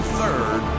third